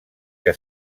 que